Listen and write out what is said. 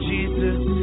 Jesus